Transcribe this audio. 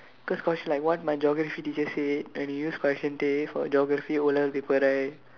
cause cause like what my geography teacher said when you use correction tape for geography o-level paper right